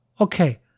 Okay